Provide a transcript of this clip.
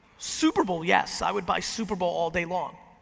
super bowl, yes, i would buy super bowl all day long.